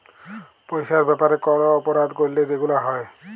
পইসার ব্যাপারে কল অপরাধ ক্যইরলে যেগুলা হ্যয়